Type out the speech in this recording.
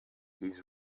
his